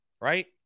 Right